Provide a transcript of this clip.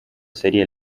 serie